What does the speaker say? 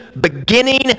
beginning